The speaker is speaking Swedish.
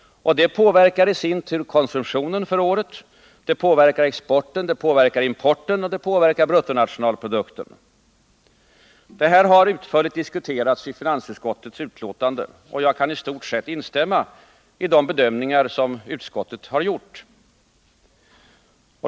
Det påverkar i sin tur konsumtionen för året, det påverkar exporten, det påverkar importen och det påverkar bruttonationalprodukten. Detta har utförligt diskuterats i finansutskottets betänkande, och jag kan i stort sett instämma i de bedömningar som utskottet gjort.